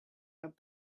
cut